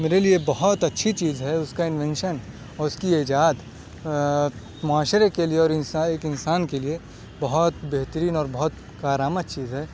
میرے لیے بہت اچھی چیز ہے اس کا انوینشن اور اس کی ایجاد معاشرے کے لیے اور انسائے ایک انسان کے لیے بہت بہترین اور بہت کارآمد چیز ہے